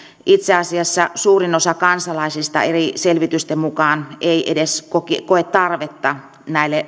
itse asiassa suurin osa kansalaisista eri selvitysten mukaan ei edes koe tarvetta